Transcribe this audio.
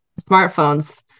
smartphones